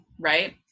right